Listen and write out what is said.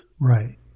Right